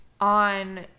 on